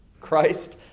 Christ